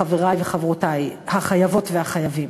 חברי וחברותי החייבות והחייבים,